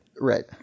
Right